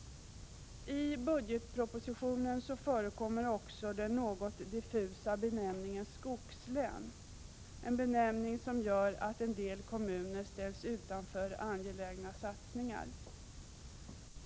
I budgetpropositionen förekommer också den något diffusa benämningen skogslän. Det är en benämning som gör att en del kommuner ställs utanför angelägna satsningar.